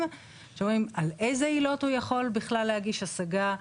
שאומרים על איזה עילות הוא יכול בכלל להגיש השגה,